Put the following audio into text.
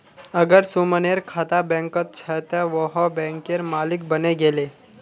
अगर सुमनेर खाता बैंकत छ त वोहों बैंकेर मालिक बने गेले